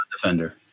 defender